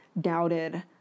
doubted